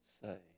say